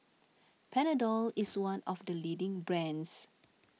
Panadol is one of the leading brands